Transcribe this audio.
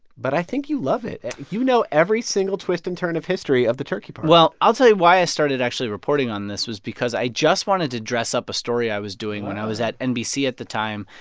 but i think you love it. you know every single twist and turn of history of the turkey pardoning but well, i'll tell you why i started actually reporting on this was because i just wanted to dress up a story i was doing when i was at nbc at the time,